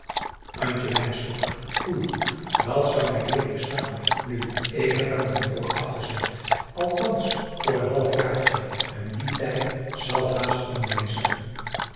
foei dat zou mij leelijk staan nu ik heb hem dan ook afgezeid althans voor een half jaartje en die tijd zal haast om wezen